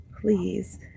please